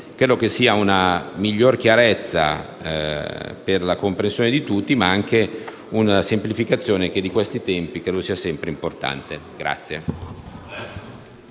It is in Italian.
necessario per una maggiore chiarezza e per la comprensione di tutti, ma anche per una semplificazione che di questi tempi credo sia sempre importante.